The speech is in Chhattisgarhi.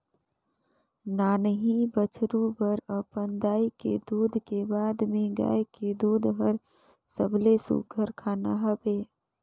नान्हीं बछरु बर अपन दाई के दूद के बाद में गाय के दूद हर सबले सुग्घर खाना हवे